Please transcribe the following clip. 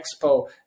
expo